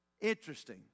Interesting